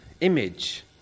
image